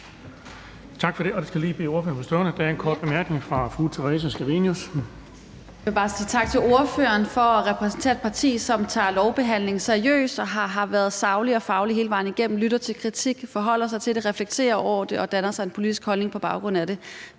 Tak for det. Jeg skal lige bede ordføreren blive stående. Der er en kort bemærkning fra fru Theresa Scavenius.